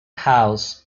house